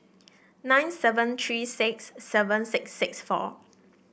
nine seven three six seven six six four